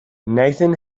nathan